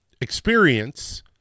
experience